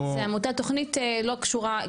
זה עמותה שהיא לא קשורה,